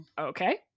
Okay